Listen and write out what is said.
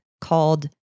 called